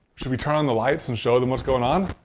should we turn on the lights and show them what's going on?